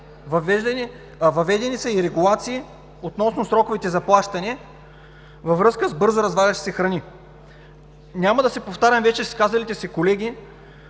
Въведени са и регулации относно сроковете за плащане във връзка с бързо развалящите се храни. Няма да се повтарям с вече изказалите се колеги,